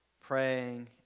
praying